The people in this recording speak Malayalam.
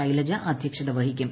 ശൈലജ അധ്യക്ഷത വഹിക്കും